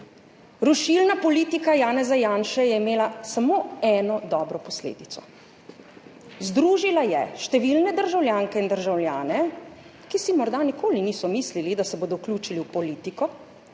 Rušilna politika Janeza Janše je imela samo eno dobro posledico – združila je številne državljanke in državljane, ki si morda nikoli niso mislili, da se bodo vključili v politiko,